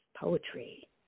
poetry